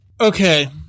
Okay